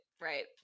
right